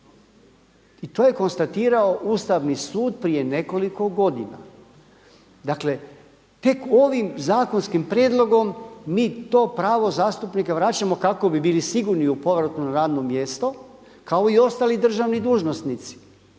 i to je konstatirao Ustavni su prije nekoliko godina. Dakle tek ovim zakonskim prijedlogom mi to pravo zastupnika vraćamo kako bi bili sigurni u povratku na radno mjesto kao i ostali državni dužnosnici